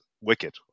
wicked